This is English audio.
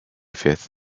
fifth